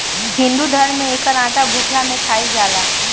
हिंदू धरम में एकर आटा भुखला में खाइल जाला